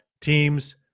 teams